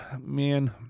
Man